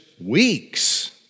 weeks